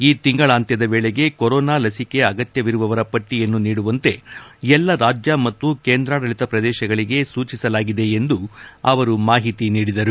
ಈ ತಿಂಗಳಾಂತ್ಲದ ವೇಳೆಗೆ ಕೊರೊನಾ ಲಸಿಕೆ ಅಗತ್ಲವಿರುವವರ ಪಟ್ಟಿಯನ್ನು ನೀಡುವಂತೆ ಎಲ್ಲಾ ರಾಜ್ಯ ಮತ್ತು ಕೇಂದ್ರಾಡಳಿತ ಪ್ರದೇಶಗಳಿಗೆ ಸೂಚಿಸಲಾಗಿದೆ ಎಂದು ಅವರು ಮಾಹಿತಿ ನೀಡಿದರು